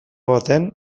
baten